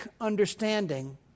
understanding